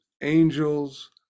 angels